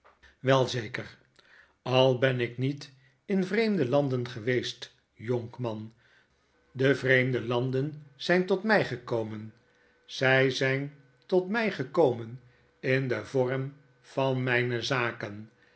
ik niet in vreemde landen geweest jonkman de vreemde landen zijn tot my gekomen zy zyn tot my gekomen in den vorm van mijne zaken